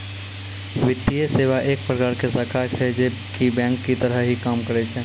वित्तीये सेवा एक प्रकार के शाखा छै जे की बेंक के तरह ही काम करै छै